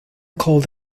called